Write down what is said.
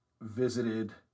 visited